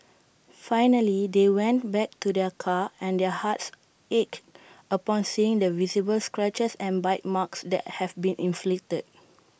finally they went back to their car and their hearts ached upon seeing the visible scratches and bite marks that have been inflicted